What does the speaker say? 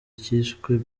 cyiswe